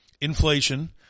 inflation